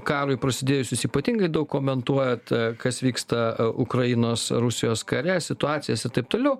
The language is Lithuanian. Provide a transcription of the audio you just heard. karui prasidėjus jūs ypatingai daug komentuojat kas vyksta ukrainos rusijos kare situacijos ir taip toliau